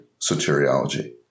soteriology